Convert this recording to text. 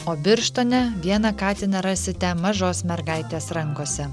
o birštone vieną katiną rasite mažos mergaitės rankose